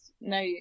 no